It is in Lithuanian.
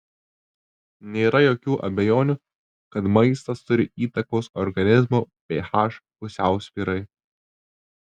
nėra jokių abejonių kad maistas turi įtakos organizmo ph pusiausvyrai